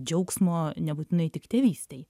džiaugsmo nebūtinai tik tėvystei